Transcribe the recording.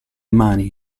mani